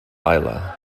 isla